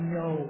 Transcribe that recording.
no